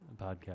podcast